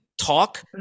talk